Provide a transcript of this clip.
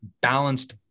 balanced